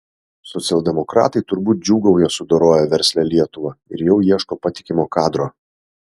socialdemokratai turbūt džiūgauja sudoroję verslią lietuvą ir jau ieško patikimo kadro